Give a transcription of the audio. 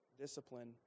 discipline